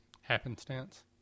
Happenstance